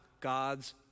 God's